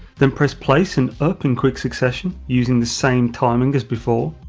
then press place and up in quick succession, using the same timing as before.